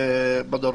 בדרום.